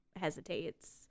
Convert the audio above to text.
hesitates